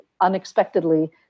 unexpectedly